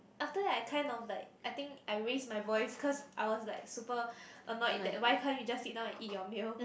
after that I kind of like I think I raise my voice cause I was like super annoyed that why can't you just sit down and eat your meal